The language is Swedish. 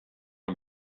att